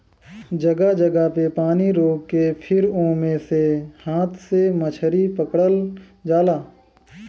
जगह जगह पे पानी रोक के फिर ओमे से हाथ से मछरी पकड़ल जाला